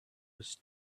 was